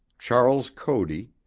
charles cody,